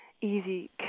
easy